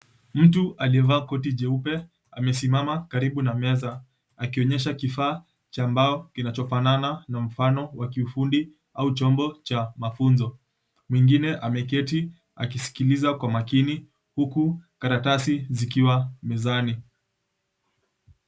Mtu aliyevaa koti jeupe amesimama karibu na meza, akionyesha kifaa cha mbao kinachofanana na mfano wa kiufundi au chombo cha mafunzo. Mwingine ameketi akisikiliza kwa makini huku karatasi zikiwa mezani.